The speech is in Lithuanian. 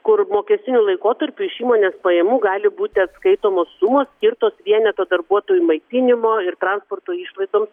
kur mokestiniu laikotarpiu iš įmonės pajamų gali būti atskaitomos sumos skirtos vieneto darbuotojų maitinimo ir transporto išlaidoms